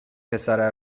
پسره